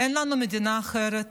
אין לנו מדינה אחרת,